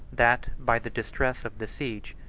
that, by the distress of the siege,